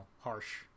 harsh